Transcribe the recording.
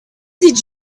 did